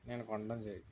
నేను కొనడం జరిగింది